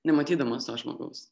nematydamas to žmogaus